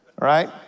right